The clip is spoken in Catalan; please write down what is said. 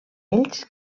ells